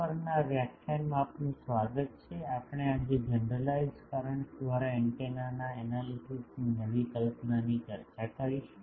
પરના આ વ્યાખ્યાનમાં આપનું સ્વાગત છે આપણે આજે જનરલાઇઝ કરન્ટ્સ દ્વારા એન્ટેનાના એનાલિસિસની નવી કલ્પનાની ચર્ચા કરીશું